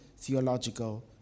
theological